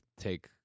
take